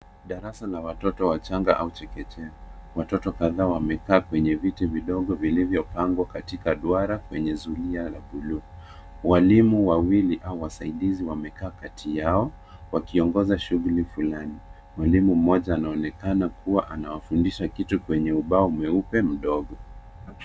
Darasa la watoto wachanaga au chekechea. Watoto kadhaa wamekaa kwenye viti vidogo vilivyopangwa katika duara kwenye zulia la buluu. Walimu wawili au wasaidizi wamekaa kati yao wakiongoza shughuli flani. Mwalimu mmoja anaonekana kuwa anawafundisha kitu kwenye ubao mweupe mdogo.